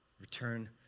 Return